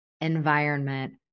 environment